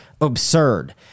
absurd